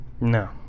No